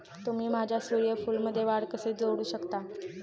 तुम्ही माझ्या सूर्यफूलमध्ये वाढ कसे जोडू शकता?